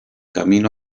camino